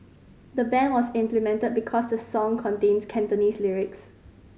the ban was implemented because the song contains Cantonese lyrics